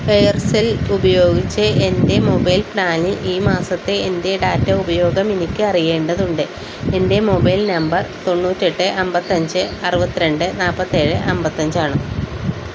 Aircel ഉപയോഗിച്ച് എൻ്റെ mobile പ്ലാനിൽ ഈ മാസത്തെ എൻ്റെ ഡാറ്റ ഉപയോഗം എനിക്ക് അറിയേണ്ടതുണ്ട് എൻ്റെ മൊബൈൽ നമ്പർ തൊണ്ണൂറ്റിയെട്ട് അമ്പത്തിയഞ്ച് അറുപത്തിരണ്ട് നാല്പ്പത്തിയേഴ് അമ്പത്തിയഞ്ചാണ്